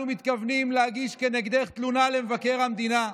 אנחנו מתכוונים להגיש כנגדך תלונה למבקר המדינה.